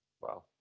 Wow